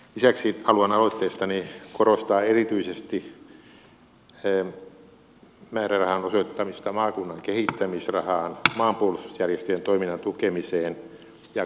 lisäksi haluan aloitteistani korostaa erityisesti määrärahan osoittamista maakunnan kehittämisrahaan maanpuolustusjärjestöjen toiminnan tukemiseen ja kotitalousneuvontajärjestöjen tukemiseen